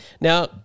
Now